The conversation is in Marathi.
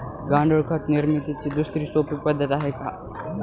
गांडूळ खत निर्मितीची दुसरी सोपी पद्धत आहे का?